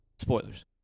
spoilers